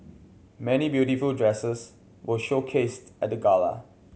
many beautiful dresses were showcased at the gala